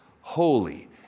holy